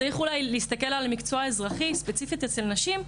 צריך אולי להסתכל על המקצוע האזרחי ספציפית אצל נשים,